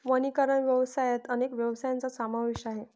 वनीकरण व्यवसायात अनेक व्यवसायांचा समावेश आहे